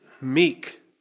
meek